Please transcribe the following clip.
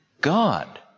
God